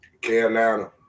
Carolina